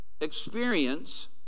experience